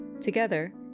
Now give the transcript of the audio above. Together